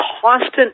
constant